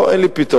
לא, אין לי פתרון.